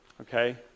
okay